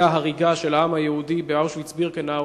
ההריגה של העם היהודי באוושוויץ-בירקנאו,